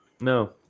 No